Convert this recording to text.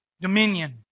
dominion